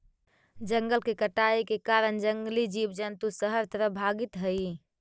जंगल के कटाई के कारण जंगली जीव जंतु शहर तरफ भागित हइ